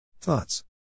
Thoughts